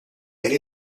elle